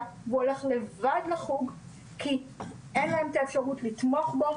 והוא הלך לחוג כי אין להם את האפשרות לתמוך בו,